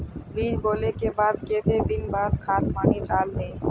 बीज बोले के बाद केते दिन बाद खाद पानी दाल वे?